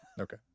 Okay